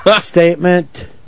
statement